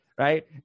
Right